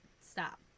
stop